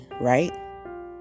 right